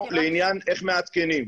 לעניין איך מעדכנים.